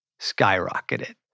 skyrocketed